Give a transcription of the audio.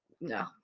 no